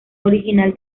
original